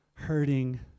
hurting